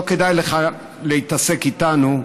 ולא כדאי לכם להתעסק איתנו.